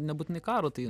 nebūtinai karo tai